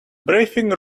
briefing